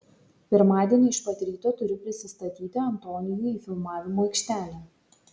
pirmadienį iš pat ryto turiu prisistatyti antonijui į filmavimo aikštelę